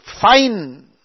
fine